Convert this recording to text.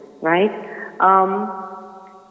right